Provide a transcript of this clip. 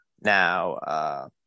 now –